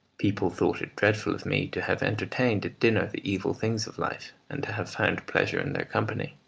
people thought it dreadful of me to have entertained at dinner the evil things of life, and to have found pleasure in their company.